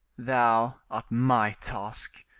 thou art my task,